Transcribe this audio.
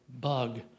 bug